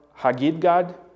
Hagidgad